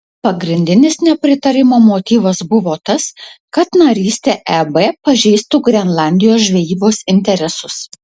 pagrindinis nepritarimo motyvas buvo tas kad narystė eb pažeistų grenlandijos žvejybos interesus